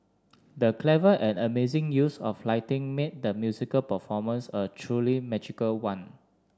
the clever and amazing use of lighting made the musical performance a truly magical one